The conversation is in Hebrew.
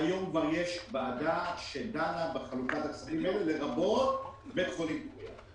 והיום כבר יש ועדה שדנה בחלוקת הכספים לרבות בית חולים פוריה.